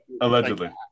allegedly